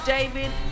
David